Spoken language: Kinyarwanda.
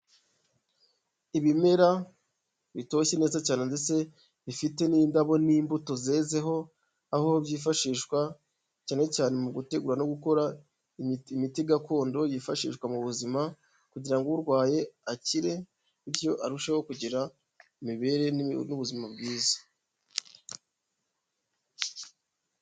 Ibimera bitoshye neza cyane ndetse bifite n'indabo n'imbuto zezeho, aho byifashishwa cyane cyane mu gutegura no gukora imiti gakondo yifashishwa mu buzima kugira urwaye akire bityo arusheho kugira imibereho n'ubuzima bwiza.